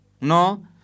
no